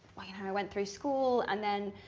like and and i went through school and then